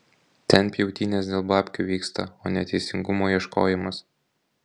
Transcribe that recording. ten pjautynės dėl babkių vyksta o ne teisingumo ieškojimas